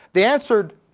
they answered